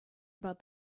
about